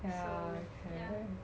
so ya